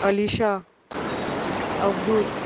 Alisha Abdut